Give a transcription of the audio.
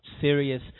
serious